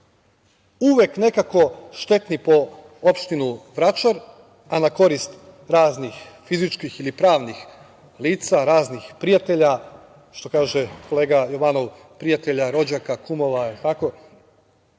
uvek nekako štetni po opštinu Vračar, a na korist raznih fizičkih ili pravnih lica, raznih prijatelja, što kaže kolega Jovanov "prijatelja, rođaka, kumova".